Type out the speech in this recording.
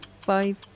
Five